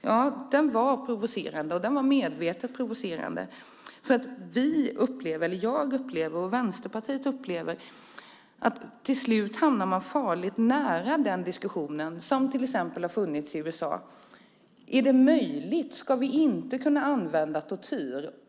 Ja, det var provocerande och medvetet provocerande! Jag och Vänsterpartiet upplever att man till slut hamnar farligt nära den diskussion som till exempel har funnits i USA. Där undrar man om det är möjligt att använda tortyr. Ska vi inte kunna göra det, säger man.